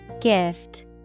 gift